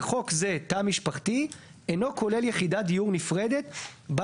בחוק זה תא משפחתי אינו כולל יחידת דיור נפרדת בה